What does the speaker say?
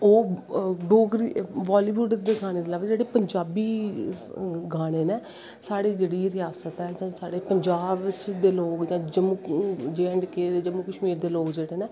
ओह् बॉल्लीबुड दे गानें कोला दा बी जेह्ड़े पंजाबी गाने नै साढ़ी जेह्ड़ी रियास्त ऐ साढ़े पंजाब च दे लोग जां जे ऐंड़ के जम्मू ऐंड़ कश्मीर दे लोग नै